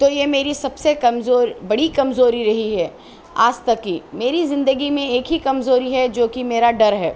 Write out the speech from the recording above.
تو یہ میری سب سے کمزور بڑی کمزوری رہی ہے آج تک کی میری زندگی میں ایک ہی کمزوری ہے جو کہ میرا ڈر ہے